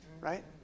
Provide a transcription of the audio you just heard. Right